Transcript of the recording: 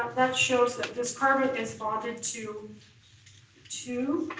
um that shows that this carbon is bonded to two